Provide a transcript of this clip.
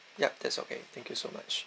yup that's okay thank you so much